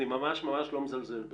אני ממש לא מזלזל בזה.